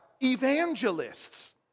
evangelists